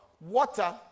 water